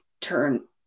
turn